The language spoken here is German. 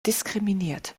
diskriminiert